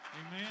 Amen